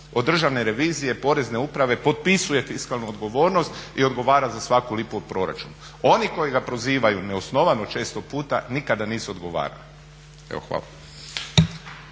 Državne revizije, porezne uprave, potpisuje fiskalnu odgovornost i odgovara za svaku lipu u proračunu. Oni koji ga prozivaju neosnovano često puta nikada nisu odgovarali. Evo hvala.